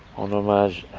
homage